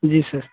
जी sir